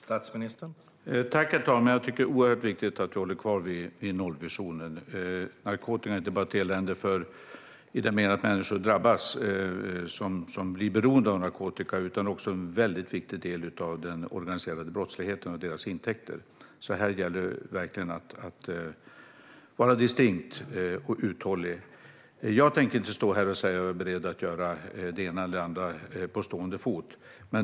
Herr talman! Jag tycker att det är oerhört viktigt att vi håller kvar nollvisionen. Narkotika är inte bara ett elände i den meningen att människor drabbas som blir beroende av narkotika utan också en viktig del av den organiserade brottsligheten och dess intäkter, så här gäller det verkligen att vara distinkt och uthållig. Jag tänker inte säga här att jag är beredd att göra det ena eller det andra på stående fot.